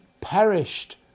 perished